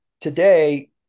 today